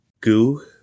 goo